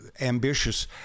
ambitious